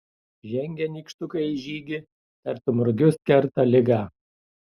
žengia nykštukai į žygį tartum rugius kerta ligą